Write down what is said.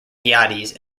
hyades